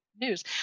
news